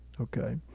okay